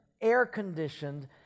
air-conditioned